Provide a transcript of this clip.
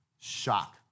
Shock